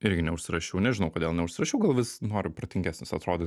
irgi neužsirašiau nežinau kodėl neužsirašiau gal vis noriu protingesnis atrodyt